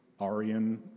Arian